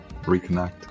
Reconnect